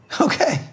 Okay